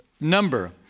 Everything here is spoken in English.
number